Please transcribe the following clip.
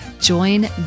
join